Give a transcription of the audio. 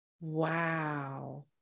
wow